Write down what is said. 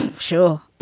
sure.